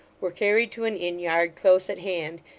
were carried to an inn-yard close at hand,